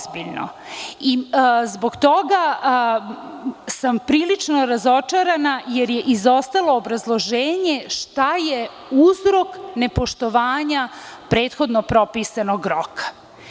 Zbog toga sam prilično razočarana, jer je izostalo obrazloženje - šta je uzrok nepoštovanja prethodno propisanog roka?